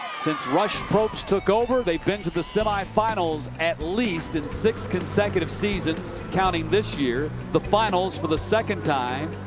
since rush probst took over, they've been to the semifinals at least in six consecutive seasons. counting this year. the finals for the second time.